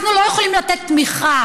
אנחנו לא יכולים לתת תמיכה